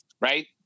right